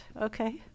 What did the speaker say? Okay